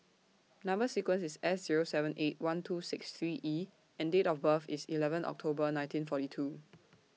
Number sequence IS S Zero seven eight one two six three E and Date of birth IS eleven October nineteen forty two